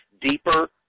deeper